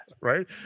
Right